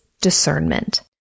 discernment